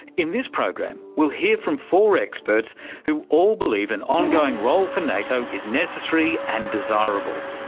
in this program we'll hear from four experts who all believe an ongoing role for nato is necessary and desirable.